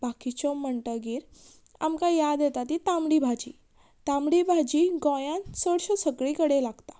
बाकिच्यो म्हणटगीर आमकां याद येता ती तांबडी भाजी तांबडी भाजी गोंयान चडश्यो सगळी कडेन लागता